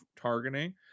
targeting